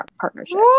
partnerships